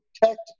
protect